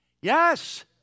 Yes